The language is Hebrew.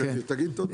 תגיד תודה.